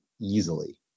easily